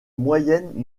moyenne